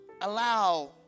allow